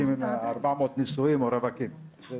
אני רוצה